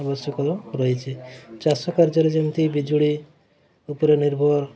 ଆବଶ୍ୟକ ରହିଛି ଚାଷ କାର୍ଯ୍ୟରେ ଯେମିତି ବିଜୁଳି ଉପରେ ନିର୍ଭର